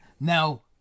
Now